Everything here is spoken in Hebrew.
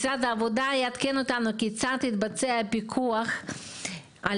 משרד העבודה יעדכן אותנו כיצד יתבצע פיקוח על